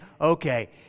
okay